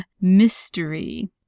mystery